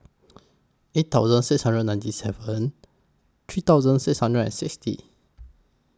eight thousand six hundred and ninety seven three thousand six hundred and sixty